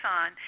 on